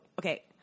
Okay